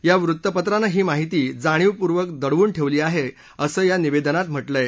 या वृत्तपत्रानं ही माहिती जाणीवपूर्वक दडवून ठेवली आहे असं या निवेदनात म्हटलंय